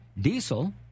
diesel